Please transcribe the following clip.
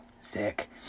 sick